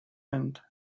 end